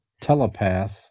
telepath